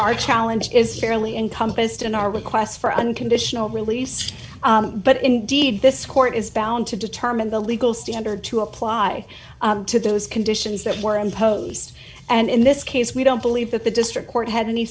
our challenge is fairly encompassed in our requests for unconditional release but indeed this court is bound to determine the legal standard to apply to those conditions that were imposed and in this case we don't believe that the district court had any